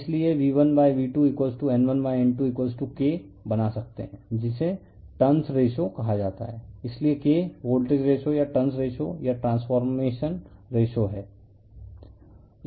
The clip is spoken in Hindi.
इसलिए V1V2N1N2K बना सकते हैं जिसे टर्नस रेशो कहा जाता है इसलिए K वोल्टेज रेशो या टर्नस रेशो या ट्रांसफॉर्मेशन रेशो है